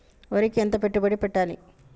వరికి ఎంత పెట్టుబడి పెట్టాలి?